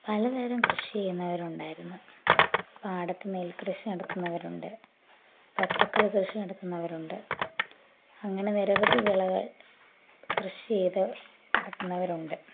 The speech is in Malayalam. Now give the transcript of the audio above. പലതരം കൃഷി ചെയ്യുന്നവരുണ്ടായിരുന്നു പാടത്ത് നെൽ കൃഷി നടത്തുന്നവരുണ്ട് പച്ചക്കറി കൃഷി നടത്തുന്നവരുണ്ട് അങ്ങനെ നിരവധി വിളകൾ കൃഷി ചെയ്ത് ഇറക്കുന്നവരുണ്ട്